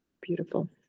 beautiful